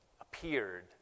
appeared